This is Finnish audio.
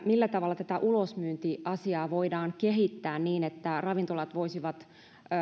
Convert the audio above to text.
millä tavalla tätä ulosmyyntiasiaa voidaan kehittää niin että ravintolat voisivat